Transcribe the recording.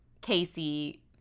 Casey